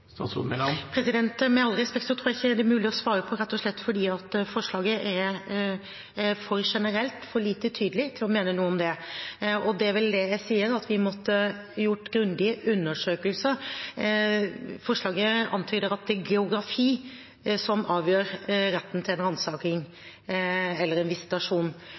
Med all respekt, jeg tror ikke det blir mulig å svare på, rett og slett fordi forslaget er for generelt, for lite tydelig, til å mene noe om det. Og det er vel det jeg sier, at vi måtte gjort grundige undersøkelser. Forslaget antyder at det er geografi som avgjør retten til ransaking eller en